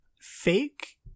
fake